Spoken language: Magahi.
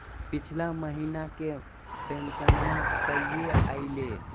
पिछला महीना के पेंसनमा कहिया आइले?